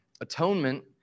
atonement